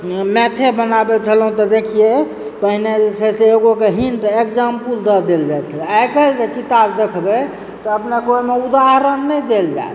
मैथे बनाबै छलहुॅं त देखियै पहिने जे छै से एगो के हिंट इग्जामपुल दऽ देल जाइत छल आइ काल्हि जे किताब देखबै तऽ अपने के ओहिमे उदाहरण नहि देल जायत